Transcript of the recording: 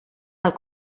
del